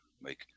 make